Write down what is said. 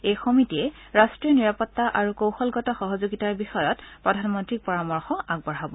এই সমিতিয়ে ৰাষ্ট্ৰীয় নিৰাপত্তা আৰু কৌশলগত সহযোগিতাৰ বিষয়ত প্ৰধানমন্ত্ৰীক পৰামৰ্শ আগবঢ়াব